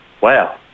Wow